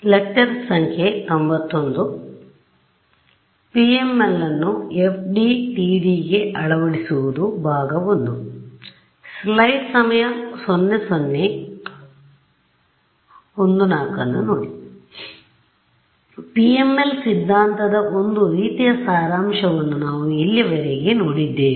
PML ಸಿದ್ಧಾಂತದ ಒಂದು ರೀತಿಯ ಸಾರಾಂಶವನ್ನು ನಾವು ಇಲ್ಲಿಯವರೆಗೆ ನೋಡಿದ್ದೇವೆ